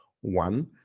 one